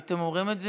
ואתם אומרים את זה.